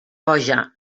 boja